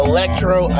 Electro